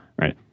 Right